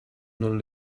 non